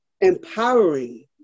empowering